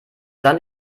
dann